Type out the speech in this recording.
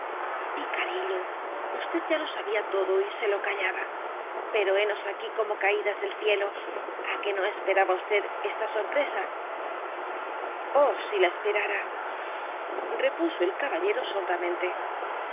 picarillo usted ya lo sabía todo y se lo callaba pero henos aquí como caídas del cielo a que no esperaba usted esta sorpresa oh si la esperara repuso el caballero